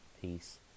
peace